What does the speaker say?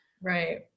Right